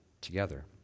together